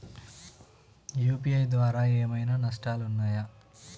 UPI ద్వారా ఏమైనా నష్టాలు ఉన్నయా?